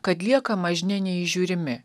kad lieka mažne neįžiūrimi